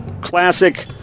classic